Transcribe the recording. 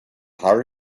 harder